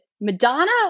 Madonna